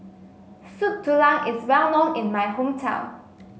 Soup Tulang is well known in my hometown